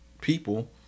people